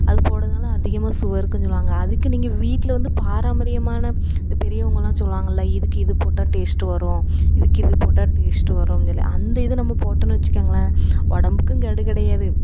அது போடுறதுனால அதிகமாக சுவை இருக்கும்னு சொல்வாங்க அதுக்கு நீங்க வீட்டில் வந்து பாரம்பரியமான இந்த பெரியவங்களாம் சொல்வாங்கள்ல இதுக்கு இது போட்டால் டேஸ்ட்டு வரும் இதுக்கு இது போட்டால் டேஸ்ட்டு வரும்னு சொல்லி அந்த இது நம்ம போட்டோம்னு வச்சிக்கோங்களேன் உடம்புக்கும் கேடு கிடையாது